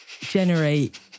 generate